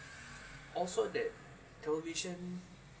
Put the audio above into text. also that television